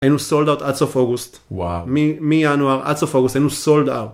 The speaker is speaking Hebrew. היינו סולד-אאוט עד סוף אוגוסט, מינואר עד סוף אוגוסט היינו סולד-אאוט.